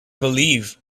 believe